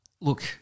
Look